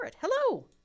Hello